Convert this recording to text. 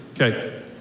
Okay